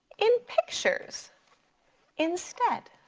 in pictures instead.